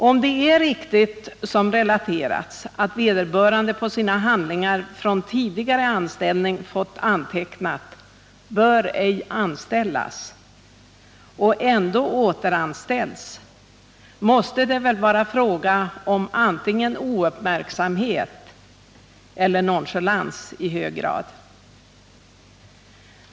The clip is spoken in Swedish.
Om det är riktigt som relaterats, att vederbörande på sina handlingar från tidigare anställning fått antecknat ”bör ej anställas” och ändå återanställts, måste det väl vara fråga om antingen ouppmärksamhet eller nonchalans i hög grad.